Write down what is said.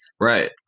Right